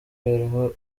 yariho